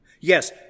Yes